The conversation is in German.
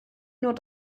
nur